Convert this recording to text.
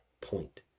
point